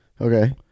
Okay